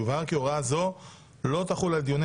יובהר כי הוראה זו לא תחול על דיוני